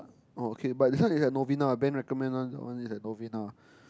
oh okay but this one is at Novena Ben recommend one that one is at Novena